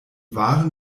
wahren